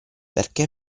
perché